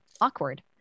awkward